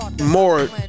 more